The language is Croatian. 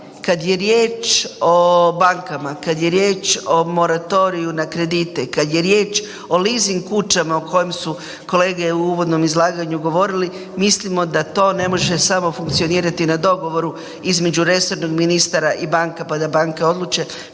kad je riječ o bankama, kad je riječ o moratoriju na kredite, kad je riječ o leasing kućama o kojem su kolege u uvodnom izlaganju govorili, mislimo da to ne može samo funkcionirati na dogovoru između resornog ministara i banaka, pa da banke odluče,